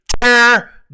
tear